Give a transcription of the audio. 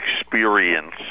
experience